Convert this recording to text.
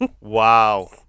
Wow